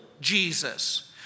Jesus